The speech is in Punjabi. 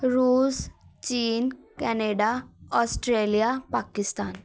ਰੂਸ ਚੀਨ ਕੈਨੇਡਾ ਔਸਟਰੇਲੀਆ ਪਾਕਿਸਤਾਨ